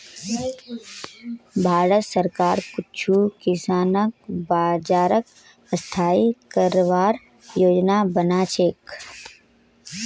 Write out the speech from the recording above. भारत सरकार कुछू किसान बाज़ारक स्थाई करवार योजना बना छेक